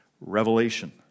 revelation